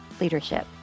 leadership